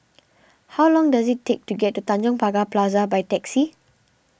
how long does it take to get to Tanjong Pagar Plaza by taxi